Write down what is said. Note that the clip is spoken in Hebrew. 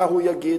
מה הוא יגיד,